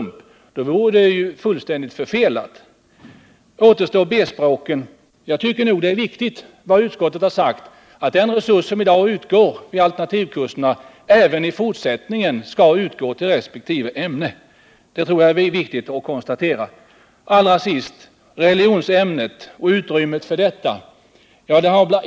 Om vardagskunskaperna skulle bilda ett ämne, vore tanken bakom dem fullständigt förfelad. Beträffande B-språken tror jag att det är viktigt att konstatera vad utskottet har sagt, nämligen att den resurs som i dag utgår till alternativkurserna även i fortsättningen skall utgå till resp. ämne. Allra sist vill jag ta upp religionsämnet och utrymmet för detta.